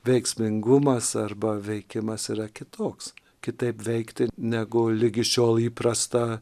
veiksmingumas arba veikimas yra kitoks kitaip veikti negu ligi šiol įprasta